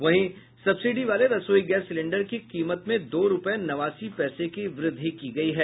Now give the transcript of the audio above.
वहीं सब्सिडी वाले रसोई गैस सिलेंडर की कीमत में दो रूपये नवासी पैसे की वृद्धि की गयी है